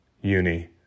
uni